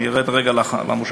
אני ארד רגע למושב,